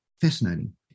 Fascinating